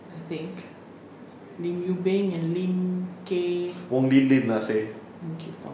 I think lim yu beng and lim kay lim kay tong